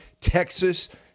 Texas